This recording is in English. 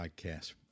Podcast